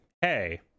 hey